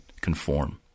conform